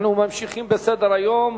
אנחנו ממשיכים בסדר-היום: